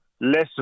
less